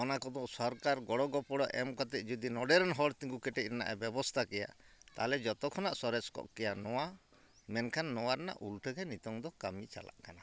ᱚᱱᱟ ᱠᱚᱫᱚ ᱥᱚᱨᱠᱟᱨ ᱜᱚᱲᱚ ᱜᱚᱯᱚᱲᱚ ᱮᱢ ᱠᱟᱛᱮᱫ ᱡᱩᱫᱤ ᱱᱚᱰᱮᱨᱮᱱ ᱦᱚᱲ ᱛᱤᱸᱜᱩ ᱠᱮᱴᱮᱡ ᱨᱮᱱᱟᱜᱼᱮ ᱵᱮᱵᱚᱥᱛᱟ ᱠᱮᱭᱟ ᱛᱟᱦᱞᱮ ᱡᱚᱛᱚ ᱠᱷᱚᱱᱟᱜ ᱥᱚᱨᱮᱥ ᱠᱚᱜ ᱠᱮᱭᱟ ᱱᱚᱣᱟ ᱢᱮᱱᱠᱷᱟᱱ ᱱᱚᱣᱟ ᱨᱮᱱᱟᱜ ᱩᱞᱴᱟᱹᱜᱮ ᱱᱤᱛᱚᱝ ᱫᱚ ᱠᱟᱹᱢᱤ ᱪᱟᱞᱟᱜ ᱠᱟᱱᱟ